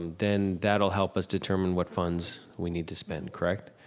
then that will help us determine what funds we need to spend, correct?